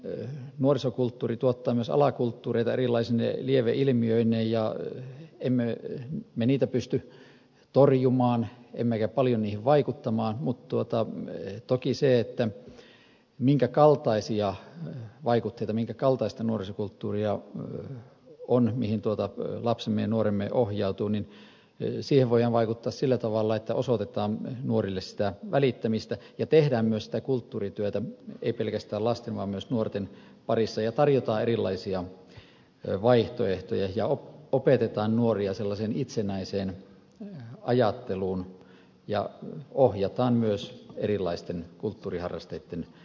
tämmöinen nuorisokulttuuri tuottaa myös alakulttuureita erilaisine lieveilmiöineen ja emme me niitä pysty torjumaan emmekä paljon niihin vaikuttamaan mutta toki siihen minkä kaltaisia vaikutteita minkä kaltaista nuorisokulttuuria on mihin lapsemme ja nuoremme ohjautuvat voidaan vaikuttaa sillä tavalla että osoitetaan nuorille välittämistä ja tehdään myös kulttuurityötä ei pelkästään lasten vaan myös nuorten parissa ja tarjotaan erilaisia vaihtoehtoja ja opetetaan nuoria itsenäiseen ajatteluun ja ohjataan myös erilaisten kulttuuriharrasteitten pariin